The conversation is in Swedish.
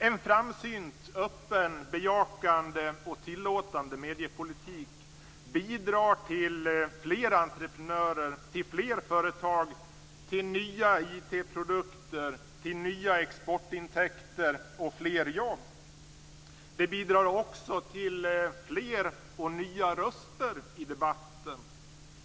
En framsynt, öppen, bejakande och tillåtande mediepolitik bidrar till fler entreprenörer, till fler företag, till nya IT produkter, till nya exportintäkter och till fler jobb. Det bidrar också till fler och nya röster i debatten.